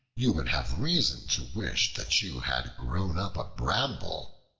you would have reason to wish that you had grown up a bramble,